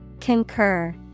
Concur